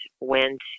went